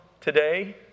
today